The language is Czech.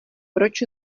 proč